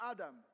Adam